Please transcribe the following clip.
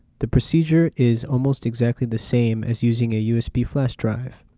the procedure is almost exactly the same as using a usb flash drive.